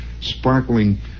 sparkling